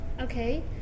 Okay